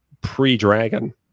pre-dragon